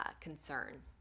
concern